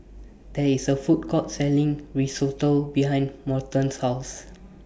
There IS A Food Court Selling Risotto behind Morton's House